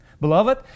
Beloved